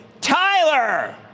Tyler